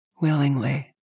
willingly